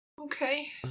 Okay